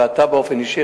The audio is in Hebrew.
ואתה באופן אישי,